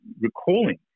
recalling